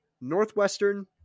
Northwestern